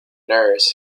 nurse